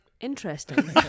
Interesting